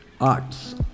arts